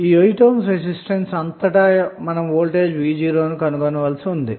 ఈ 8 ohm resistance అంతటా మనం గల వోల్టేజ్ v0 ను మనం కనుగొనవలసి ఉంది